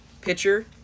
pitcher